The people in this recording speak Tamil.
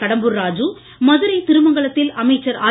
கடம்பூர் ராஜு மதுரை திருமங்கலத்தில் அமைச்சர் ஆர்